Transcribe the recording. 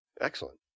Excellent